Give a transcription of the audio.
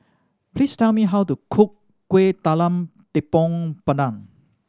please tell me how to cook Kuih Talam Tepong Pandan